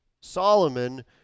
Solomon